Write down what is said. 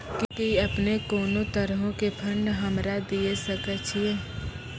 कि अपने कोनो तरहो के फंड हमरा दिये सकै छिये?